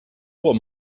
what